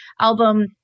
album